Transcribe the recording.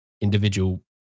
individual